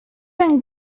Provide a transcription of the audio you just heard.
and